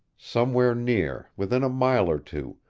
somewhere near, within a mile or two,